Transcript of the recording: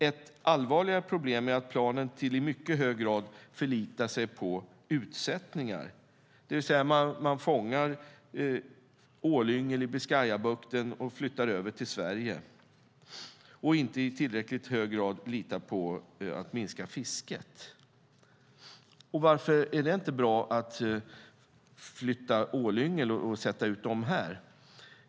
Ett allvarligare problem är att planen i mycket hög grad förlitar sig på utsättningar, det vill säga att man fångar ålyngel i Biscayabukten och flyttar över dem till Sverige, och inte i tillräckligt hög grad på att minska fisket. Varför är det då inte bra att flytta ålyngel och sätta ut dem här?